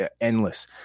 endless